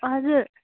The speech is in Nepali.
हजुर